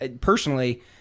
personally